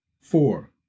Four